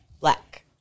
Black